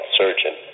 surgeon